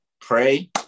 pray